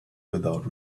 without